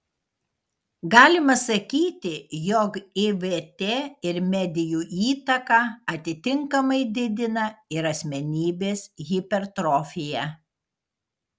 galima sakyti jog ivt ir medijų įtaka atitinkamai didina ir asmenybės hipertrofiją